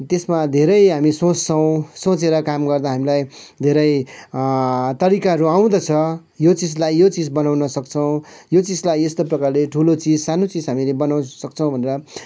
त्यसमा धेरै हामी सोच्छौँ सोचेर काम गर्दा हामीलाई धेरै तरिकाहरू आउँदछ यो चिजलाई यो चिज बनाउन सक्छौँ यो चिजलाई यस्तो प्रकारले ठुलो चिज सानो चिज हामीले बनाउन सक्छौँ भनेर